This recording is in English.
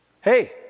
hey